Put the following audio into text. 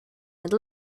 had